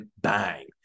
bang